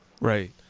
Right